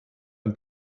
ein